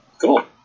Cool